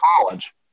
college